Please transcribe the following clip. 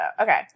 Okay